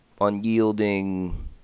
unyielding